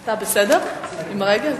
אתה בסדר עם הרגל?